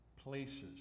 places